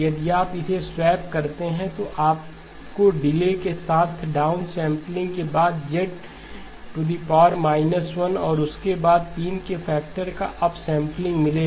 यदि आप इसे स्वैप करते हैं तो आपको डिले के साथ डाउन सैंपलिंग के बाद Z 1और उसके बाद तीन के फैक्टर का अपसैंपलिंग मिलेगा